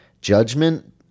judgment